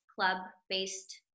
club-based